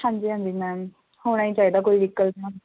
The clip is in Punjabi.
ਹਾਂਜੀ ਹਾਂਜੀ ਮੈਮ ਹੋਣਾ ਹੀ ਚਾਹੀਦਾ ਕੋਈ ਦਿੱਕਤ ਨਾ ਹੋਵੇ